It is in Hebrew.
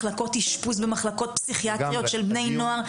מחלקות אשפוז במחלקות פסיכיאטריות של בני נוער,